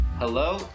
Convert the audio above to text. Hello